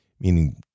meaning